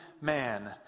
man